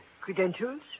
Credentials